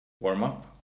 warm-up